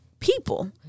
people